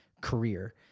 career